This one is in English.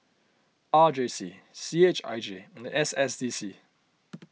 R J C C H I J and S S C C